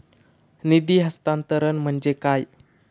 निधी हस्तांतरण म्हणजे काय?